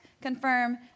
confirm